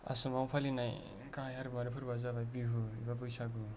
आसामाव फालिनाय गाहाय हारिमुआरि फोरबोआ जाबाय बिहु एबा बैसागु